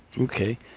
Okay